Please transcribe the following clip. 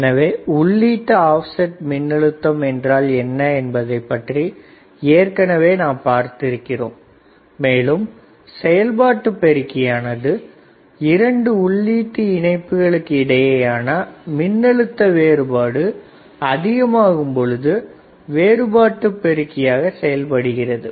எனவே உள்ளீட்டு ஆப்செட் மின்னழுத்தம் என்றால் என்ன என்பதைப் பற்றி ஏற்கனவே நாம் பார்த்திருக்கிறோம் மேலும் செயல்பாட்டுப் பெருக்கி ஆனது இரண்டு உள்ளீட்டு இணைப்புகளுக்கு இடையேயான மின்னழுத்த வேறுபாட்டு அதிகமாகும் பொழுது வேறுபாட்டு பெருக்கியாக செயல்படுகிறது